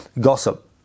gossip